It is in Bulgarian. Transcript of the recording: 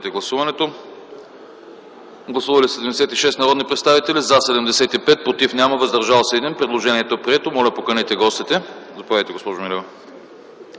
гласуване. Гласували 76 народни представители: за 75, против няма, въздържал се 1. Предложението е прието. Моля, поканете гостите. Заповядайте, госпожо